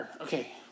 Okay